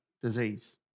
disease